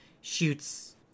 shoots